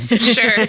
Sure